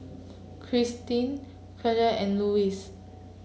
Kristin Kenisha and Louisa